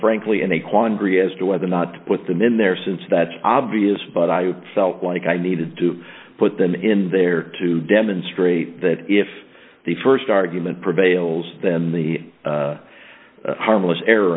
frankly in a quandary as to whether or not to put them in there since that's obvious but i felt like i needed to put them in there to demonstrate that if the st argument prevails then the harmless error